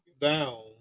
down